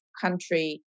country